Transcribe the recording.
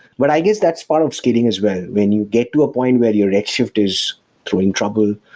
but i guess that's part of scaling as well. when you get to a point where your redshift is throwing trouble,